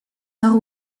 nord